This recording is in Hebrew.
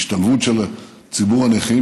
השתלבות של ציבור הנכים,